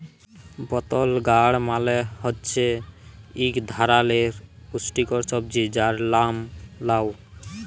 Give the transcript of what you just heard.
বতল গাড় মালে হছে ইক ধারালের পুস্টিকর সবজি যার লাম লাউ